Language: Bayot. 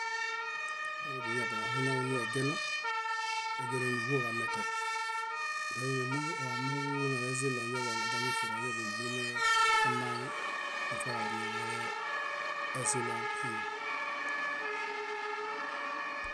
Yadiayahũ niyagieno, yagieno níɦuo ġamete meini amooġo úluulu nalezĩzilo amanifiro añaḃaniɭi memaami aifiaġalo minmulezĩlotĩi.